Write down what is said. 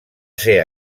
ser